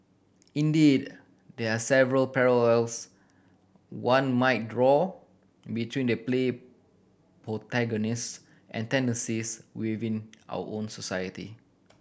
indeed there are several parallels one might draw between the play protagonist and tendencies within our own society